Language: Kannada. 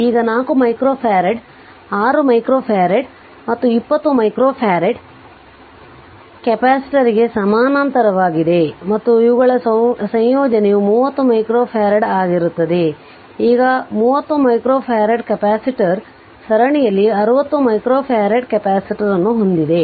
ಈಗ 4 ಮೈಕ್ರೋಫರಡ್ 6 ಮೈಕ್ರೊಫರಾಡ್ ಮತ್ತು 20 ಮೈಕ್ರೊಫರಾಡ್ ಕೆಪಾಸಿಟರ್ಗೆ ಸಮಾನಾಂತರವಾಗಿದೆ ಮತ್ತು ಅವುಗಳ ಸಂಯೋಜನೆಯು 30 ಮೈಕ್ರೊಫ್ಯಾರಡ್ ಆಗಿರುತ್ತದೆ ಈಗ 30 ಮೈಕ್ರೊಫರಾಡ್ ಕೆಪಾಸಿಟರ್ ಸರಣಿಯಲ್ಲಿ 60 ಮೈಕ್ರೊಫ್ಯಾರಡ್ ಕೆಪಾಸಿಟರ್ ಅನ್ನು ಹೊಂದಿದೆ